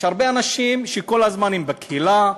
יש הרבה אנשים שכל הזמן הם בקהילה,